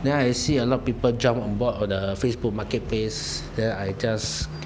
then I see a lot of people jumped on board on the Facebook marketplace there I just